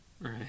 Right